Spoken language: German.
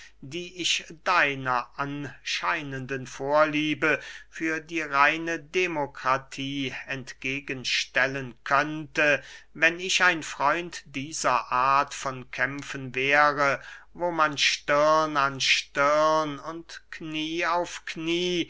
die ich deiner anscheinenden vorliebe für die reine demokratie entgegen stellen könnte wenn ich ein freund dieser art von kämpfen wäre wo man stirn an stirn und knie an knie